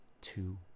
two